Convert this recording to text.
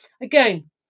again